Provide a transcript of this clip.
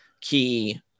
key